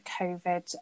covid